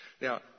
Now